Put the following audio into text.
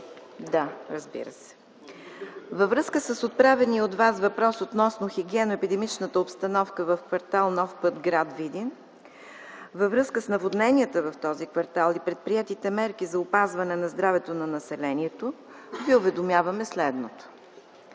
Миков, във връзка с отправения от Вас въпрос относно хигиенно-епидемиологичната обстановка в кв. „Нов път” – град Видин, във връзка с наводненията в този квартал и предприетите мерки за опазване на здравето на населението, Ви уведомяваме следното.